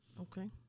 Okay